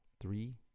three